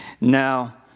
Now